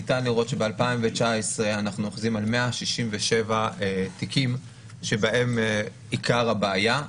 ניתן לראות שב-2019 אנחנו אוחזים 167 תיקים שבהם עיקר הבעיה.